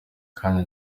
kanya